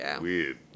weird